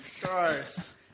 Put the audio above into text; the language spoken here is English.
Gross